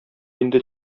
инде